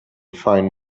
find